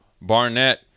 Barnett